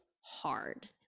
hard